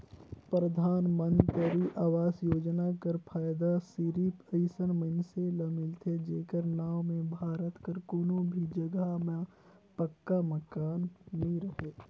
परधानमंतरी आवास योजना कर फएदा सिरिप अइसन मइनसे ल मिलथे जेकर नांव में भारत कर कोनो भी जगहा में पक्का मकान नी रहें